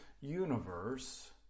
universe